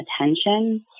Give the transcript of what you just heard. attention